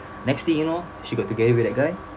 next thing you know she got together with that guy